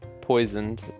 poisoned